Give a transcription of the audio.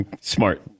Smart